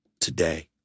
today